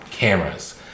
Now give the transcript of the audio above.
cameras